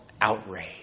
outrage